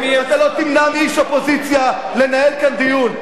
אתה לא תמנע מאיש אופוזיציה לנהל כאן דיון.